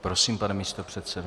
Prosím, pane místopředsedo.